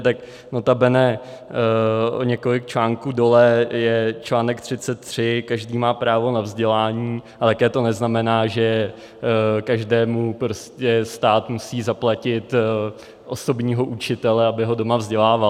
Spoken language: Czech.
Tak notabene o několik článků dole je článek 33 každý má právo na vzdělání a také to neznamená, že každému stát musí zaplatit osobního učitele, aby ho doma vzdělával.